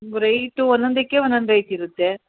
rate ಒಂದೊಂದಕ್ಕೆ ಒಂದೊಂದು rate ಇರುತ್ತೆ